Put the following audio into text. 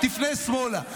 פנה שמאלה.